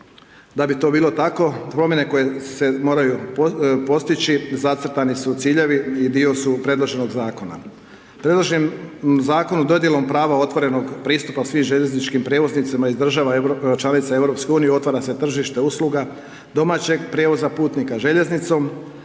Da bi to bilo tako, promjene koje se moraju postići zacrtani su ciljevi i dio su predloženog zakona. Predloženim zakonom, dodjelom prava otvorenog pristupa svim željezničkim prijevoznicima iz država članica EU otvara se tržište usluga domaćeg prijevoza putnika željeznicom.